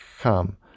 Come